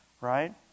right